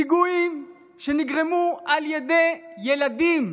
פיגועים נגרמו על ידי ילדים,